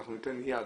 ואנחנו ניתן יד,